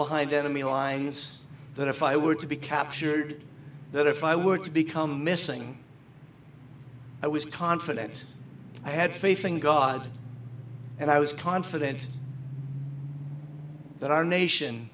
behind enemy lines that if i were to be captured that if i were to become missing i was confident i had faith in god and i was confident that our nation